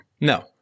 No